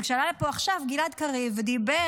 אבל כשעלה לפה עכשיו גלעד קריב ודיבר